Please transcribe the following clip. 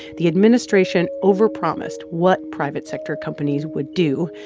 the administration over promised what private sector companies would do,